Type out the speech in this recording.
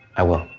i will,